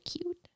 cute